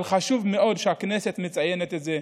אבל חשוב מאוד שהכנסת מציינת את זה.